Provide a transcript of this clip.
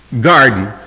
garden